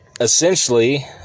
essentially